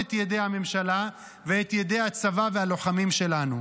את ידי הממשלה ואת ידי הצבא והלוחמים שלנו,